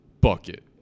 bucket